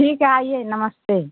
ठीक है आइए नमस्ते